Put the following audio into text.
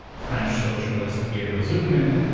french socialist, gabriel zucman,